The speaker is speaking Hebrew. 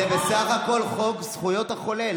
חברי הכנסת, זה בסך הכול חוק זכויות החולה.